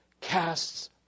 casts